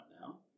now